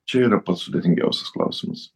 čia yra pats sudėtingiausias klausimas